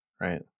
right